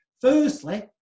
Firstly